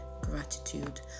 gratitude